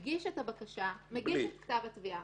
מגיש את הבקשה, מגיש את כתב התביעה.